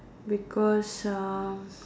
because uh